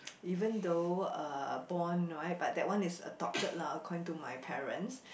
even though uh born right but that one is adopted lah according to my parents